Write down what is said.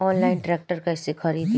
Online tractor कैसे खरदी?